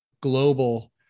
global